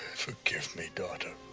forgive me, daughter,